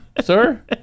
sir